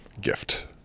gift